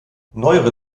neuere